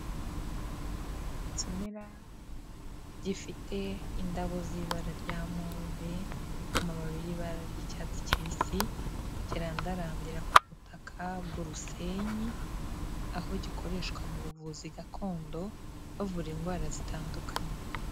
Ikimera gifite indabo z'ibara rya move, amababi y'ibara ry'icyatsi kibisi kirandarandira ku butaka bw'urusenyi, aho gikoreshwa mu buvuzi gakondo, bavura indwara zitandukanye.